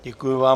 Děkuji vám.